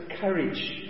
courage